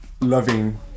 loving